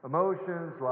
Emotions